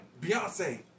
Beyonce